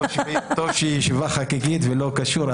טוב שיש ישיבה חגיגית ולא קשור,